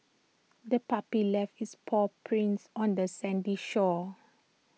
the puppy left its paw prints on the sandy shore